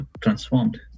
transformed